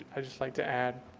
i just like to add